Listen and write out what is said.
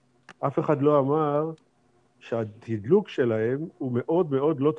אף אחד לא אמר שהתדלוק שלהם הוא מאוד מאוד לא טריוויאלי.